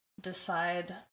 decide